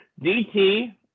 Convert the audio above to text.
DT